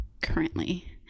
currently